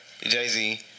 Jay-Z